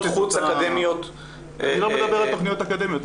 חוץ אקדמיות --- אני לא מדבר על תכניות אקדמיות,